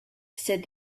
said